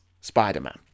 Spider-Man